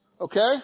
Okay